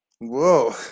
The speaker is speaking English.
Whoa